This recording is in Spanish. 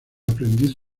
aprendiz